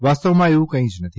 વાસ્તવમાં એવું કંઇ જ નથી